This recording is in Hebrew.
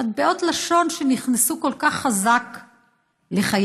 מטבעות לשון שנכנסו כל כך חזק לחיינו.